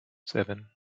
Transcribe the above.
seven